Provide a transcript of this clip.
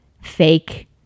fake